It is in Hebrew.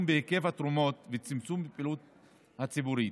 בהיקף התרומות וצמצום בפעילות הציבורית.